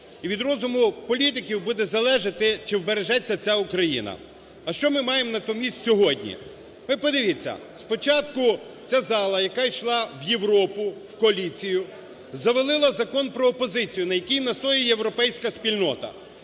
І від розуму політиків буде залежати, чи вбережеться ця Україна. А що ми маємо натомість сьогодні? Ви подивіться, спочатку ця зала, яка йшла в Європу, в коаліцію, завалила Закон про опозицію, на якому настоює європейська спільнота.